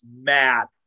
mad